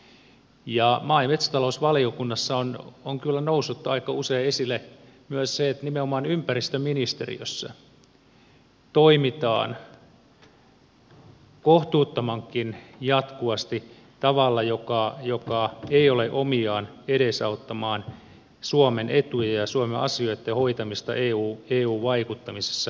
maa ja metsätalousvaliokunnassa on kyllä noussut aika usein esille myös se että nimenomaan ympäristöministeriössä toimitaan kohtuuttomankin jatkuvasti tavalla joka ei ole omiaan edesauttamaan suomen etuja ja suomen asioitten hoitamista eu vaikuttamisessa